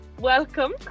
welcome